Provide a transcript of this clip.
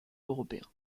européen